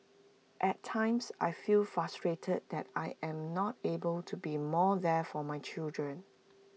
at times I feel frustrated that I am not able to be more there for my children